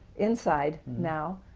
inside now.